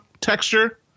texture